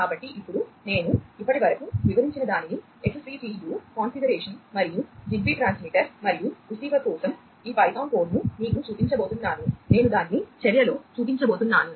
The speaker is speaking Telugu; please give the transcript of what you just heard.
కాబట్టి ఇప్పుడు నేను ఇప్పటివరకు వివరించినదానిని XCTU కాన్ఫిగరేషన్ మరియు జిగ్బీ ట్రాన్స్మిటర్ మరియు రిసీవర్ కోసం ఈ పైథాన్ కోడ్ను మీకు చూపించబోతున్నాను నేను దానిని చర్యలో చూపించబోతున్నాను